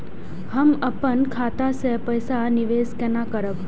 हम अपन खाता से पैसा निवेश केना करब?